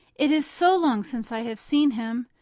it is so long since i have seen him!